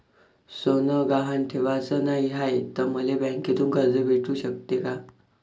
सोनं गहान ठेवाच नाही हाय, त मले बँकेतून कर्ज भेटू शकते का?